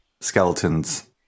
skeletons